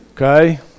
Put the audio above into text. Okay